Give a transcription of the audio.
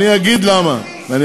ואגיד למה.